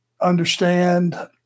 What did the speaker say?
understand